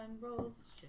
rolls